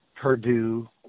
Purdue